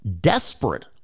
desperate